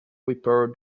repair